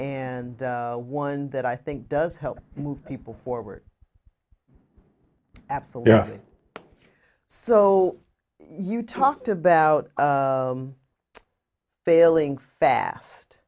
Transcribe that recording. and one that i think does help move people forward absolutely so you talked about failing fast